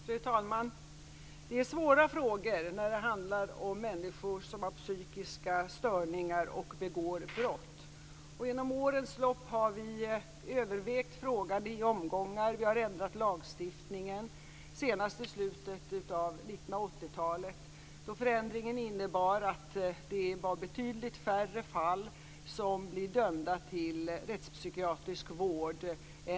Fru talman! Det är svåra frågor när det handlar om människor som har psykiska störningar och begår brott. Genom årens lopp har vi övervägt frågan i omgångar. Vi har ändrat lagstiftningen senast i slutet av 1980-talet, då förändringar innebar att det i betydligt färre fall än tidigare dömdes till rättspsykiatrisk vård.